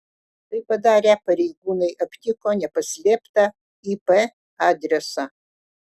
tai padarę pareigūnai aptiko nepaslėptą ip adresą